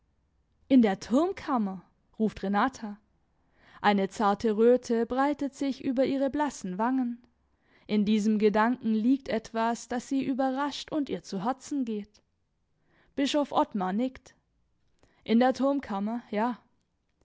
in der turmkammer ruft renata eine zarte röte breitet sich über ihre blassen wangen in diesem gedanken liegt etwas das sie überrascht und ihr zu herzen geht bischof ottmar nickt in der turmkammer ja